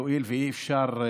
והואיל ואי-אפשר,